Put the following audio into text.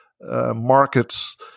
markets